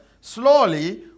slowly